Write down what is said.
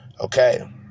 Okay